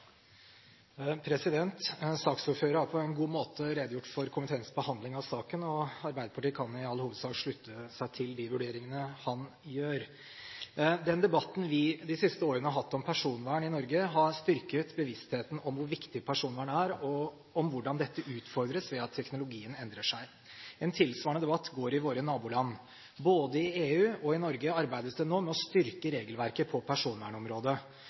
prosessen. Saksordføreren har på en god måte redegjort for komiteens behandling av saken. Arbeiderpartiet kan i all hovedsak slutte seg til de vurderingene han gjør. Den debatten vi de siste årene har hatt om personvern i Norge, har styrket bevisstheten om hvor viktig personvern er, og om hvordan dette utfordres ved at teknologien endrer seg. En tilsvarende debatt går i våre naboland. I både EU og Norge arbeides det nå med å styrke regelverket på personvernområdet.